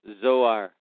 Zoar